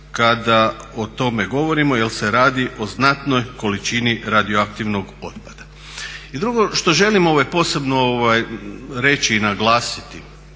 kada o tome govorimo jer se radi o znatnoj količini radioaktivnog otpada. I drugo što želim posebno reći i naglasiti